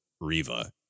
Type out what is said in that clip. Riva